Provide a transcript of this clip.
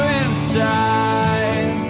inside